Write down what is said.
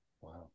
Wow